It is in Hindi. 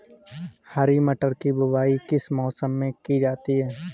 हरी मटर की बुवाई किस मौसम में की जाती है?